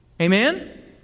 Amen